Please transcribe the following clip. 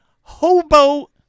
hobo